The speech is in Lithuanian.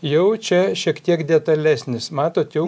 jau čia šiek tiek detalesnis matot jau